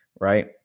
right